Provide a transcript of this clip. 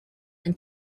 and